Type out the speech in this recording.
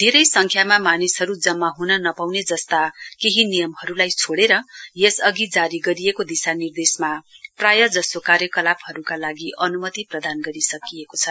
धेरै संख्यमा मानिसहरु जम्मा हुन नपाउने जस्ता केही नियमहरुलाई छोडेर यस अधि जारी गरिएको दिशानिर्देशमा प्राय जसो कार्यकलापहरुका लागि अनुमति प्रदान गरिसकिएको छ